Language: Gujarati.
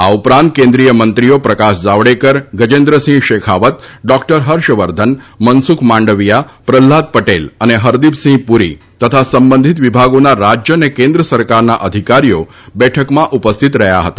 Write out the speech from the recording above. આ ઉપરાંત કેન્દ્રિય મંત્રીઓ પ્રકાશ જાવડેકર ગજેન્દ્રસિંહ શેખાવત ડોક્ટર હર્ષવર્ધન મનસુખ માંડવિયા પ્રહલાદ પટેલ અને હરદીપસિંહ પુરી તથા સંબંધિત વિભાગોના રાજ્ય અને કેન્દ્ર સરકારના અધિકારીઓ બેઠકમાં ઉપસ્થિત રહ્યા હતા